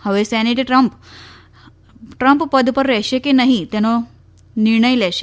હવે senate Trump પદ પર રહેશે કે નહીં તેનો નિર્ણય લેશે